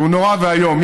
שהוא נורא ואיום,